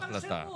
איזה פרשנות?